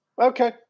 Okay